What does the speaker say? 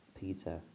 Peter